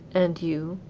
and you,